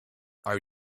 are